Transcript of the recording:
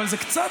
אבל זה קצת,